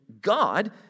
God